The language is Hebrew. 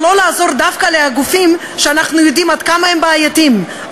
ולא לעזור דווקא לגופים שאנחנו יודעים עד כמה הם בעייתיים,